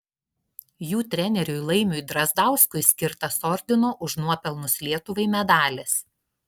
jų treneriui laimiui drazdauskui skirtas ordino už nuopelnus lietuvai medalis